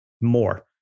more